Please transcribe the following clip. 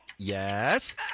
Yes